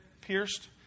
pierced